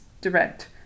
direct